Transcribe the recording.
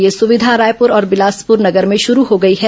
यह सुविधा रायपुर और बिलासपुर नगर में शरू हो गई है